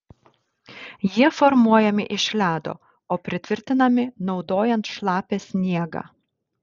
jie formuojami iš ledo o pritvirtinami naudojant šlapią sniegą